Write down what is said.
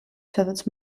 სადაც